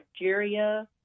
Nigeria